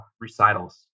recitals